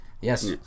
Yes